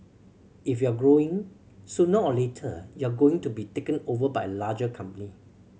if you're growing sooner or later you are going to be taken over by a larger company